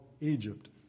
Egypt